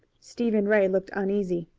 stephen ray looked uneasy.